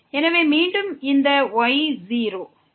எனவே மீண்டும் இந்த y 0